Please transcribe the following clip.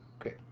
okay